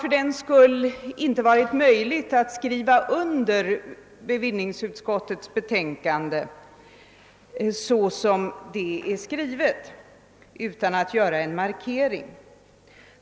Men det har inte fördenskull varit möjligt att skriva under bevillningsutskottets betänkande, såsom det är formulerat, utan att göra en markering.